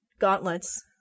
Gauntlets